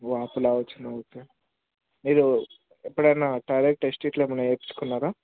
వాపులాగా వచ్చిందా ఓకే మీరు ఎప్పుడైనా థైరాయిడ్ టెస్ట్ గిట్ల ఏమైనా చేయించుకుంటారా